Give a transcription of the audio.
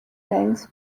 tiles